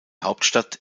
hauptstadt